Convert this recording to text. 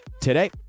today